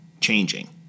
changing